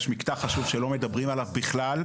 יש מקטע חשוב שלא מדברים עליו בכלל,